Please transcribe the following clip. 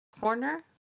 corner